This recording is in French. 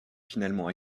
finalement